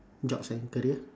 jobs and career